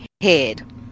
head